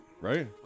Right